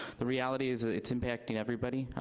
the reality is it's impacting everybody.